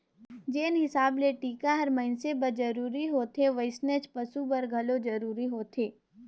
जेन हिसाब ले टिका हर मइनसे बर जरूरी होथे वइसनेच पसु बर घलो जरूरी होथे